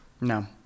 No